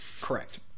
Correct